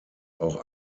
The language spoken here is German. auch